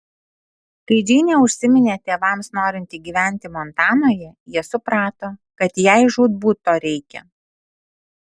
kai džeinė užsiminė tėvams norinti gyventi montanoje jie suprato kad jai žūtbūt to reikia